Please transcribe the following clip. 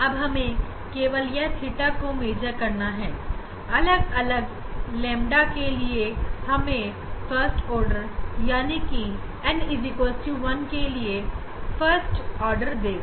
अब हमें केवल यह थीटा को मेजर करना है अलग अलग ƛ के लिए जो हमें पहला ऑर्डर यानी कि n 1 के लिए देगा